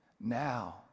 now